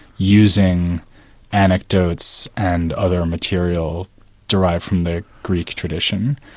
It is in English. using anecdotes and other material derived from the greek tradition.